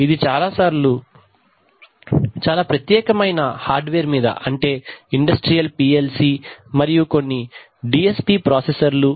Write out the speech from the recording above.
ఇది కొన్నిసార్లు చాలా ప్రత్యేకమైన హార్డ్ వేర్ మీద అంటే ఇండస్ట్రియల్ పిఎల్సి మరియు కొన్ని డిఎస్పి ప్రాసెసర్లు